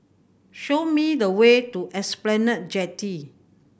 show me the way to Esplanade Jetty